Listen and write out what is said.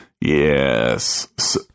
Yes